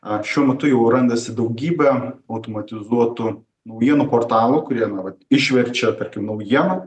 šiuo metu jau randasi daugybė automatizuotų naujienų portalų kurie nuolat išverčia tarkim naujieną